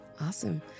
Awesome